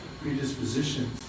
predisposition